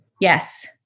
Yes